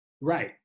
Right